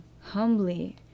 humbly